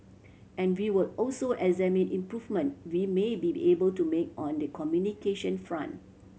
and we will also examine improvement we may be able to make on the communication front